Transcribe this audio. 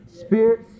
Spirit